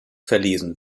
verlesen